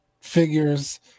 figures